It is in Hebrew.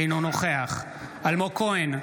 אינו נוכח אלמוג כהן,